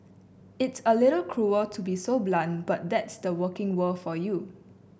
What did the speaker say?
it's a little cruel to be so blunt but that's the working world for you